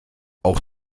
auch